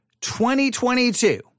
2022